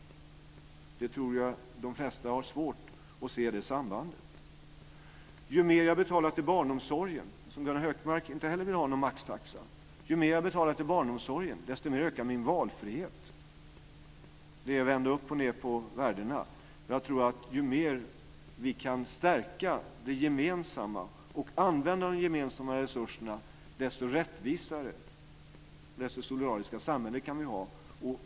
Jag tror att de flesta har svårt att se det sambandet. Gunnar Hökmark vill inte heller ha någon maxtaxa. Ju mer jag betalar till barnomsorgen, desto mer ökar min valfrihet. Det är upp-och-nedvända-världen. Jag tror att ju mer vi kan stärka det gemensamma och använda de gemensamma resurserna, desto rättvisare, desto mer solidariskt, samhälle kan vi ha.